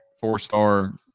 four-star